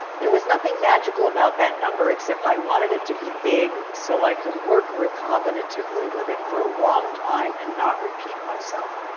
there was nothing magical about that number, except i wanted it to be big so i could work recombinantly with it for a long time and not repeat myself.